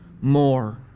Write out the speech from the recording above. more